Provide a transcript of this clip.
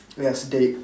yes date